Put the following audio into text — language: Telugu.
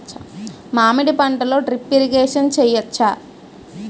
మామిడి పంటలో డ్రిప్ ఇరిగేషన్ చేయచ్చా?